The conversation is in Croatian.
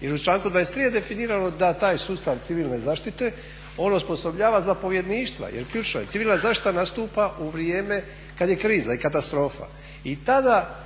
jer u članku 23. je definirano da taj sustav civilne zaštite on osposobljava zapovjedništva jer ključno je, civilna zaštita nastupa u vrijeme kad je kriza i katastrofa. I tada